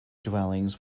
dwellings